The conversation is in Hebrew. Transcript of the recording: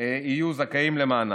יהיו זכאים למענק.